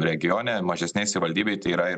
regione mažesnėj savivaldybei tai yra ir